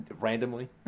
randomly